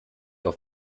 auf